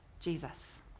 Jesus